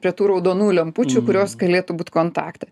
prie tų raudonųjų lempučių kurios galėtų būt kontakte